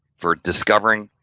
for discovering,